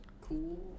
Cool